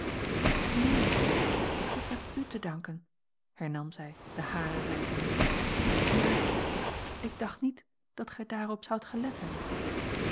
neen ik heb u te danken hernam zij de hare reikende maar ik dacht niet dat gij daarop zoudt gelet hebben